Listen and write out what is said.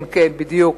כן, בדיוק.